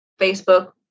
Facebook